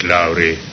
Lowry